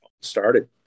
started